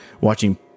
watching